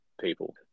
people